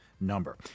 number